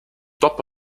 top